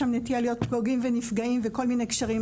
שם נטייה להיות פוגעים ונפגעים וכל מיני קשרים.